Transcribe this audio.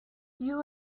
you